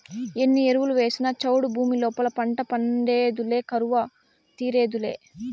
ఎన్ని ఎరువులు వేసినా చౌడు భూమి లోపల పంట పండేదులే కరువు తీరేదులే